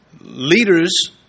Leaders